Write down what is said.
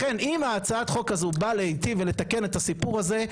לכן אם הצעת החוק הזאת באה להיטיב ולתקן את הסיפור הזה,